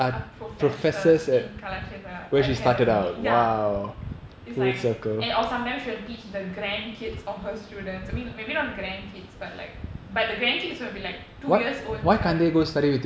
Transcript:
are professors in Kalakshetra academy ya it's like and or sometimes she'll teach the grand kids of her students I mean maybe not grand kids but like but the grand kids will be like two years old child